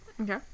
okay